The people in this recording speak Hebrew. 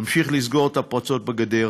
נמשיך לסגור את הפרצות בגדר.